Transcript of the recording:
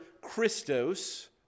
Christos